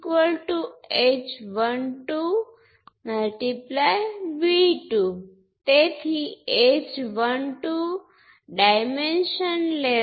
હવે તમામ ચાર પ્રકારના પેરામિટર માટે સમાન વસ્તુઓ અસ્તિત્વમાં છે એટલે કે આપણે શું જોવા જઈ રહ્યા છીએ